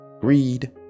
greed